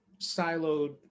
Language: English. siloed